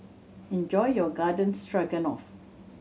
enjoy your Garden Stroganoff